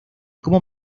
como